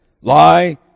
Lie